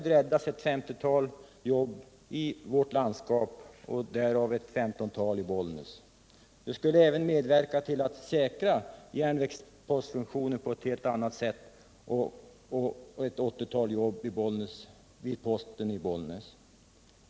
Då räddas ett 50-tal jobb i vårt än landskap, därav ett 15-tal i Bollnäs. Det skulle även medverka till att säkra järnvägspostfunktionen och ett 80-tal jobb vid posten i Bollnäs.